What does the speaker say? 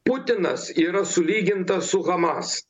putinas yra sulygintas su hamas